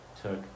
took